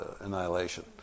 annihilation